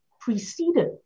preceded